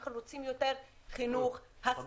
אנחנו רוצים יותר חינוך, הסברה,